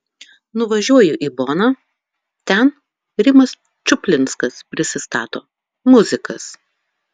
nuvažiuoju į boną ten rimas čuplinskas prisistato muzikas